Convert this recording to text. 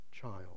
child